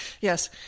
Yes